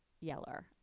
yeller